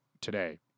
today